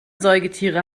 säugetiere